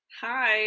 hi